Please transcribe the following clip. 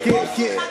רוקדת מרוב שמחה,